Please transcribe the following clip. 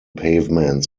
pavements